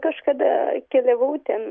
kažkada keliavau ten